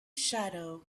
shadow